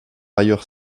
ailleurs